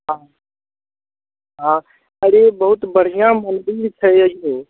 हँ हँ अरे बहुत बढ़िआँ मन्दिर छै यौ